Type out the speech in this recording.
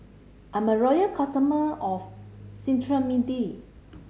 I'm a loyal customer of Cetrimide